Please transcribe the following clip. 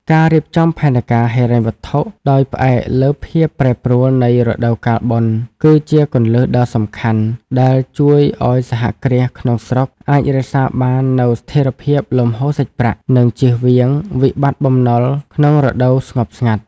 ការរៀបចំផែនការហិរញ្ញវត្ថុដោយផ្អែកលើភាពប្រែប្រួលនៃរដូវកាលបុណ្យ គឺជាគន្លឹះដ៏សំខាន់ដែលជួយឱ្យសហគ្រាសក្នុងស្រុកអាចរក្សាបាននូវស្ថិរភាពលំហូរសាច់ប្រាក់ និងចៀសវាងវិបត្តិបំណុលក្នុងរដូវស្ងប់ស្ងាត់។